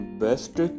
best